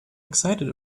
excited